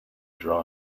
draw